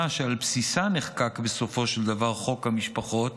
שעל בסיסה נחקק בסופו של דבר חוק המשפחות